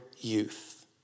youth